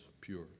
pure